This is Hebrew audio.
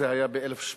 זה היה ב-1908,